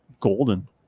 golden